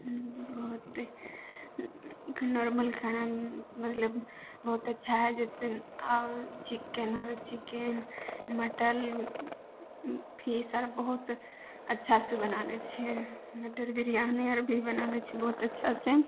बहुत नॉर्मल खाना मतलब बहुत अच्छा हइ जइसे आओर चिकेन आर चिकेन मटन फिश आर बहुत अच्छासे बना लै छिए मटर बिरियानी आर भी बना लै छी बहुत अच्छासे